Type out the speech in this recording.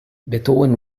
beethoven